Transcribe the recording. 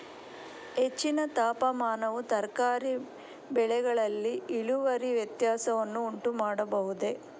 ಹೆಚ್ಚಿನ ತಾಪಮಾನವು ತರಕಾರಿ ಬೆಳೆಗಳಲ್ಲಿ ಇಳುವರಿ ವ್ಯತ್ಯಾಸವನ್ನು ಉಂಟುಮಾಡಬಹುದೇ?